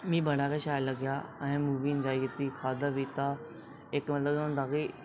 मिगी बड़ा गै शैल लग्गेआ असें मूवी इंजाय कीता खाद्धा पीता इक मतलब होंदा कि